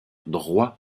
droit